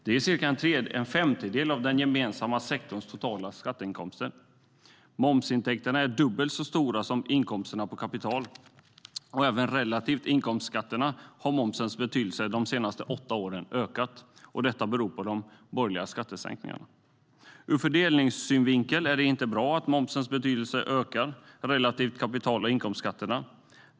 Det är cirka en femtedel av den gemensamma sektorns totala skatteinkomster. Momsintäkterna är dubbelt så stora som inkomsterna av kapital, och även relativt inkomstskatterna har momsens betydelse de senaste åtta åren ökat. Detta beror på de borgerliga partiernas skattesänkningar. Ur fördelningssynvinkel är det inte bra att momsens betydelse ökar relativt kapital och inkomstskatterna.